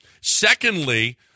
Secondly